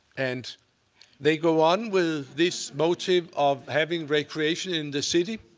and they go on with this motif of having recreation in the city.